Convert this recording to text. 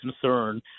concern